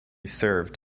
served